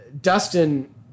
Dustin